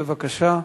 בבקשה.